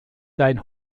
dein